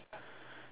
I